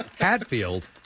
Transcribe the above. Hatfield